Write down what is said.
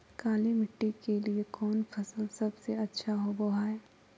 काली मिट्टी के लिए कौन फसल सब से अच्छा होबो हाय?